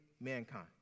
mankind